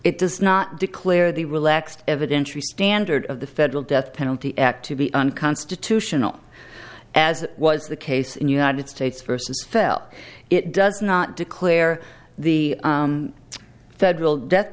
it does not declare the relaxed evidentiary standard of the federal death penalty act to be unconstitutional as was the case in united states versus fell it does not declare the federal death